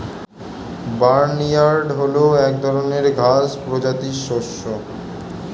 barnyard হল এক ধরনের ঘাস প্রজাতির শস্য